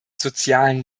sozialen